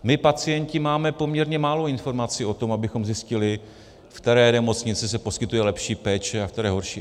My pacienti máme poměrně málo informací o tom, abychom zjistili, v které nemocnici se poskytuje lepší péče a v které horší.